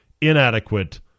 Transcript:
inadequate